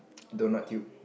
donut tube